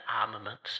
armaments